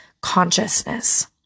consciousness